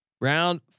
Round